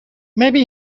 maybe